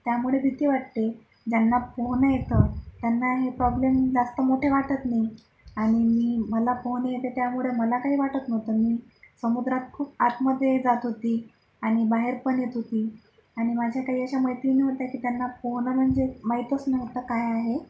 त्यामुळे भीती वाटते ज्यांना पोहणं येतं त्यांना हे प्रॉब्लेम जास्त मोठे वाटत नाही आणि मी मला पोहणं येते त्यामुळे मला काही वाटत नव्हतं मी समुद्रात खूप आतमध्ये जात होते आणि बाहेर पण येत होते आणि माझ्या काही अशा मैत्रिणी होत्या की त्यांना पोहणं म्हणजे माहीतच नव्हतं काय आहे